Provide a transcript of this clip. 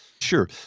Sure